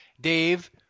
Dave